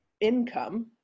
income